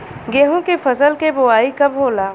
गेहूं के फसल के बोआई कब होला?